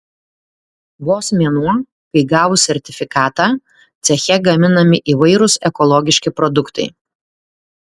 vos mėnuo kai gavus sertifikatą ceche gaminami įvairūs ekologiški produktai